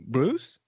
Bruce